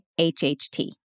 HHT